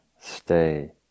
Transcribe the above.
Stay